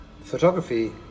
photography